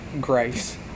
Grace